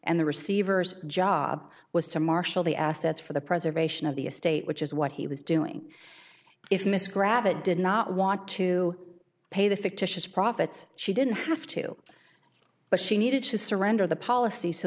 and the receivers job was to marshal the assets for the preservation of the estate which is what he was doing if mr gravatt did not want to pay the fictitious profits she didn't have to but she needed to surrender the policy so